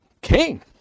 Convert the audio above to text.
king